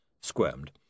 squirmed